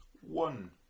One